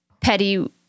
petty